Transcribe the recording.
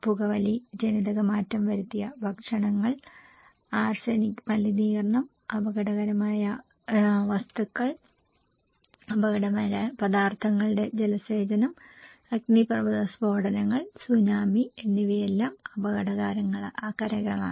പുകവലി ജനിതകമാറ്റം വരുത്തിയ ഭക്ഷണങ്ങൾ ആർസെനിക് മലിനീകരണം അപകടകരമായ വസ്തുക്കൾ അപകടകരമായ പദാർത്ഥങ്ങളുടെ ജലസേചനം അഗ്നിപർവ്വത സ്ഫോടനങ്ങൾ സുനാമി എന്നിവയെല്ലാം അപകടകാരങ്ങളാണ്